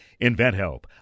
InventHelp